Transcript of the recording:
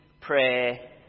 pray